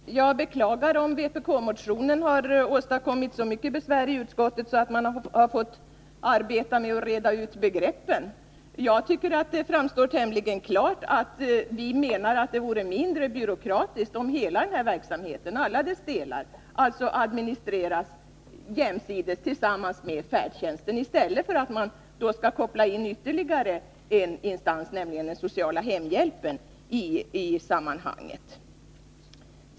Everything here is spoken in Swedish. Herr talman! Jag beklagar om vpk-motionen har åstadkommit så mycket besvär i utskottet att man har fått arbeta med att reda ut begreppen. Jag tycker att det framstår tämligen klart att vi menar att det vore mindre byråkratiskt, om hela den här verksamheten i alla sina delar administrerades tillsammans med färdtjänsten i stället för att man skall koppla in ytterligare en instans, nämligen den sociala hemhjälpen, i sammanhanget.